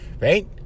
Right